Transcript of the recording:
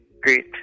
great